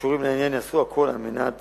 שקשורים לעניין יעשו הכול על מנת